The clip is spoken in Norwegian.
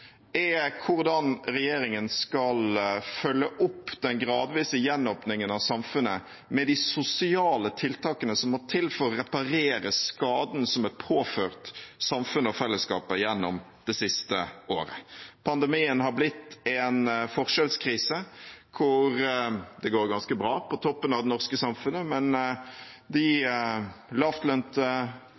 hvordan regjeringen skal følge opp den gradvise gjenåpningen av samfunnet med de sosiale tiltakene som må til for å reparere skaden som er påført samfunnet og fellesskapet gjennom det siste året. Pandemien har blitt en forskjellskrise, der det går ganske bra på toppen av det norske samfunnet, men de lavtlønte